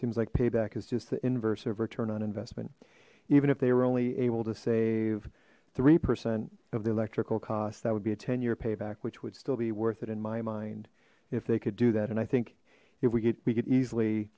seems like payback is just the inverse of return on investment even if they were only able to save three percent of the electrical cost that would be a ten year payback which would still be worth it in my mind if they could do that and i think you we